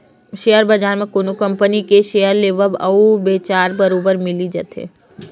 share बजार म कोनो कंपनी के सेयर लेवाल अउ बेचहार बरोबर मिली जाथे